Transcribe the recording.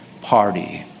party